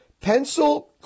pencil